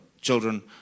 children